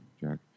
Jack